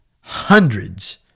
hundreds